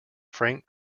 frank